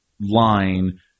line